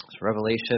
Revelation